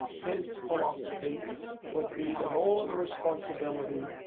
his philosophy would be that all of the responsibility,